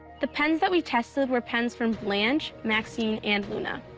the pens that we tested were pens from blanche, maxine, and luna.